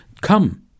Come